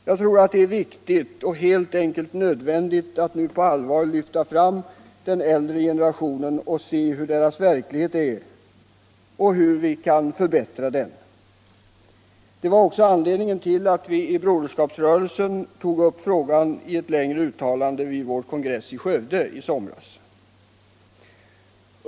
Iag tror att det är viktigt och helt enkelt nödvändigt att nu på allvar lyfta fram den äldre generationen och se hur deras verklighet är och hur vi kan förbättra den. Det var också anledningen till att vi i Broderskapsrörelsen tog upp frågan i ett längre uttalande vid vår kongress i Skövde i somras.